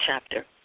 chapter